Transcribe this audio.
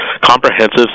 comprehensive